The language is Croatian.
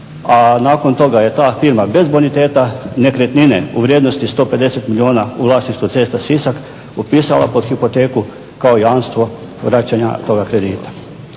nakon toga je ta firma bez boniteta nekretnine u vrijednosti 150 milijuna u vlasništvu Cesta Sisak upisala pod hipoteku kao jamstvo vraćanja toga kredite.